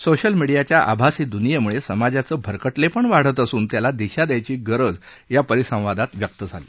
social मीडियाच्या आभासी द्नियेमुळे समाजाचं भरकटलेपण वाढत असून त्याला दिशा दयायची गरज या परिसंवादात साहित्यिकांनी व्यक्त केली